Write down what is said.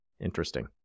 Interesting